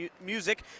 music